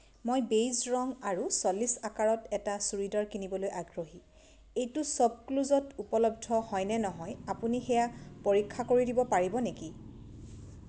মই বেইজ ৰঙ আৰু চল্লিছ আকাৰত এটা চুৰিদাৰ কিনিবলৈ আগ্ৰহী এইটো শ্বপক্লুজত উপলব্ধ হয়নে নহয় আপুনি সেয়া পৰীক্ষা কৰিব দিব পাৰিব নেকি